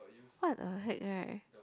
what the heck right